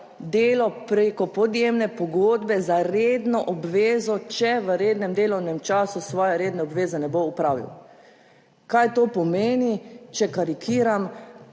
delo preko podjemne pogodbe za redno obvezo, če v rednem delovnem času svoje redne obveze ne bo opravil. Kaj to pomeni? Če karikiram,